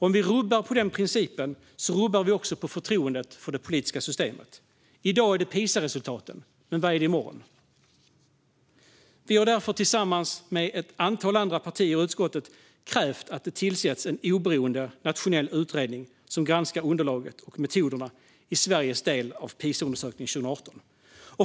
Om vi rubbar den principen rubbar vi också förtroendet för det politiska systemet. I dag är det PISA-resultaten. Vad är det i morgon? Vi har därför tillsammans med ett antal andra partier i utskottet krävt att det tillsätts en oberoende, nationell utredning som granskar underlaget och metoderna i Sveriges del av PISA-undersökningen 2018.